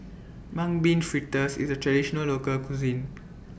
Mung Bean Fritters IS A Traditional Local Cuisine